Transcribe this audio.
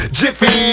jiffy